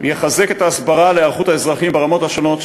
שיחזק את ההסברה להיערכות האזרחים ברמות השונות,